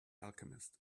alchemist